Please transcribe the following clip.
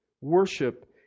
worship